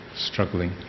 struggling